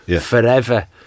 forever